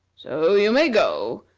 so you may go,